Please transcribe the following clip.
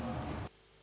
Hvala.